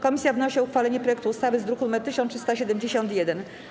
Komisja wnosi o uchwalenie projektu ustawy z druku nr 1371.